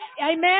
Amen